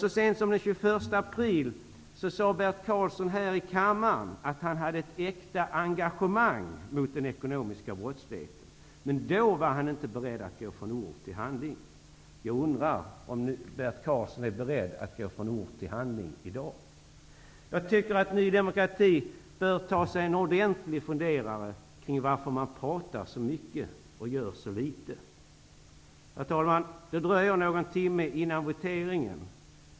Så sent som den 21 april sade Bert Karlsson här i kammaren att han hade ett äkta engagemang mot den ekonomiska brottsligheten, men då var han inte beredd att gå från ord till handling. Jag undrar om Bert Karlsson är beredd att gå från ord till handling i dag. Jag tycker att Ny demokrati bör ta sig en ordentlig funderare kring varför man pratar så mycket och gör så litet. Herr talman! Det dröjer någon timme innan voteringen äger rum.